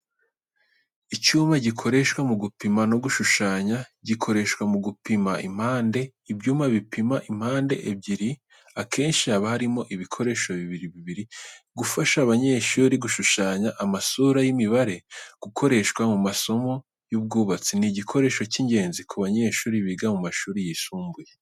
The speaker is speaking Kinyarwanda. Icyuma gikoreshwa mu gupima no gushushanya. Gikoreshwa mu gupima impande, ibyuma bipima impande ebyiri, akenshi haba harimo ibikoresho bibiri bibiri, gufasha abanyeshuri gushushanya amasura y’imibare, gukoreshwa mu masomo y'ubwubatsi. Ni igikoresho cy’ingenzi ku banyeshuri biga mu mashuri yisumbuye.